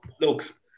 look